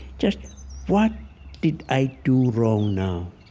just what did i do wrong now?